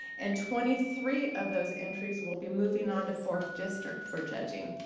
and twenty three of those entries will be moving on to fourth district for judging.